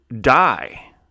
die